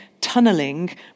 tunneling